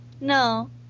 No